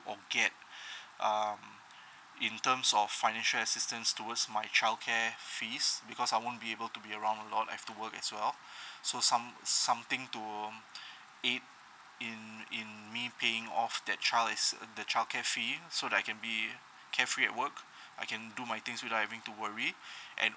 or get um in terms of financial assistance towards my childcare fees because I won't be able to be around a lot I have to work as well so some something to aid in in me paying off that child is a the childcare free so that I can be carefree at work I can do my things without having to worry and